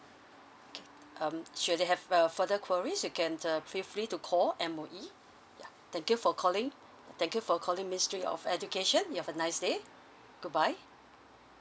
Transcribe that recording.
okay um should you have uh further queries you can uh feel free to call M_O_E ya thank you for calling thank you for calling ministry of education you have a nice day goodbye